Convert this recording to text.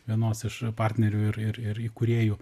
vienos iš partnerių ir ir ir įkūrėjų